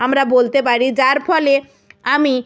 আমরা বলতে পারি যার ফলে আমি